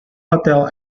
hotel